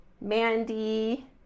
Mandy